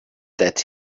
that